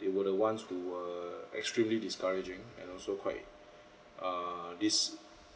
they were the ones who were extremely discouraging and also quite err dis~